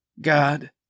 God